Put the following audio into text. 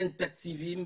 אין תקציבים.